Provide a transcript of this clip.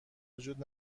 وجود